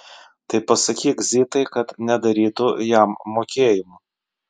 tai pasakyk zitai kad nedarytų jam mokėjimų